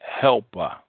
helper